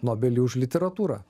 nobelį už literatūrą